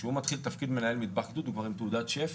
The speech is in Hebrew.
כשהוא מתחיל תפקיד מנהל מטבח גדוד הוא כבר עם תעודת שף,